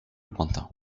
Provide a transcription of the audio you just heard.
lointain